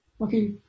Okay